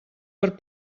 per